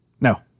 No